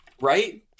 right